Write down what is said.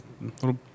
little